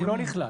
הוא לא נכלל.